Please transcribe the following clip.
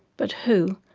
but who,